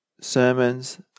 sermons